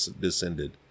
descended